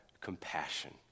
compassion